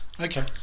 Okay